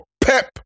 Pep